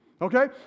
okay